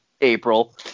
April